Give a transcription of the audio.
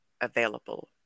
available